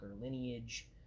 lineage